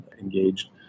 engaged